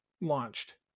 launched